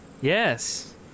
Yes